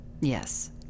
Yes